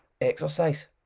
exercise